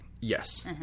Yes